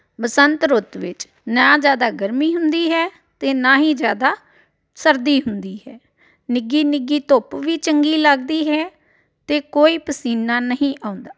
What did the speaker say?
ਬਸੰਤ ਰੁੱਤ ਵਿੱਚ ਨਾ ਜ਼ਿਆਦਾ ਗਰਮੀ ਹੁੰਦੀ ਹੈ ਅਤੇ ਨਾ ਹੀ ਜ਼ਿਆਦਾ ਸਰਦੀ ਹੁੰਦੀ ਹੈ ਨਿੱਘੀ ਨਿੱਘੀ ਧੁੱਪ ਵੀ ਚੰਗੀ ਲੱਗਦੀ ਹੈ ਅਤੇ ਕੋਈ ਪਸੀਨਾ ਨਹੀਂ ਆਉਂਦਾ